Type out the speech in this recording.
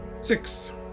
six